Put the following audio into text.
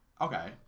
Okay